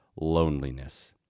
loneliness